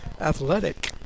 Athletic